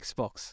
Xbox